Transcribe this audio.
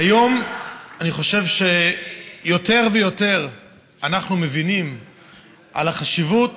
היום אני חושב שיותר ויותר אנחנו מבינים את החשיבות,